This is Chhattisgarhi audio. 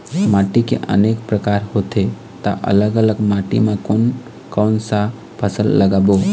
माटी के अनेक प्रकार होथे ता अलग अलग माटी मा कोन कौन सा फसल लगाबो?